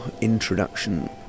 introduction